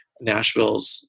Nashville's